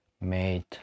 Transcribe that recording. made